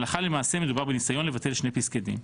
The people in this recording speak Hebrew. הלכה למעשה מדובר בניסיון לבטל שני פסקי דין.